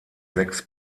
sechs